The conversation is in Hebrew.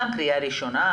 גם קריאה ראשונה,